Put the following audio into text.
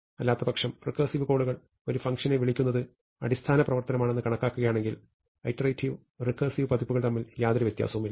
അല്ലാത്തപക്ഷം റെക്കേർസിവ് കോളുകൾ ഒരു ഫങ്ഷനെ വിളിക്കുന്നത് അടിസ്ഥാന പ്രവർത്തനമാണെന്ന് കണക്കാക്കുകയാണെങ്കിൽ ഇറ്ററേറ്റിവ് റെക്കേർസിവ് പതിപ്പുകൾ തമ്മിൽ യാതൊരു വ്യത്യാസവുമില്ല